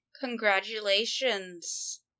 Congratulations